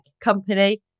company